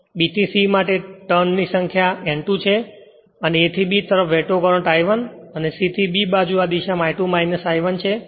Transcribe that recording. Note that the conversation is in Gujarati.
અને B થી C માટે ટર્ન ટર્ન ની સંખ્યા N2 છે અને A થી B તરફ વહેતો કરંટ I1 છે અને C થી B બાજુ આ દિશામાં I2 I1 છે